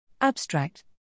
Abstract